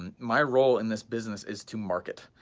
um my role in this business is to market,